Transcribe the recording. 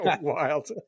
wild